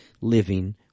living